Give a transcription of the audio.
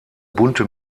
bunte